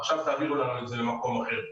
עכשיו תעבירו לנו את זה למקום אחר.